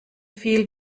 viel